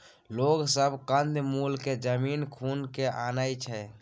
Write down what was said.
लोग सब कंद मूल केँ जमीन खुनि केँ आनय छै